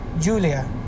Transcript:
Julia